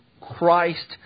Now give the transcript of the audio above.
Christ